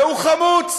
והוא חמוץ